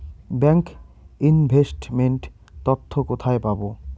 Bank investment তথ্য কোথায় পাব?